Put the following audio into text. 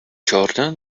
jordan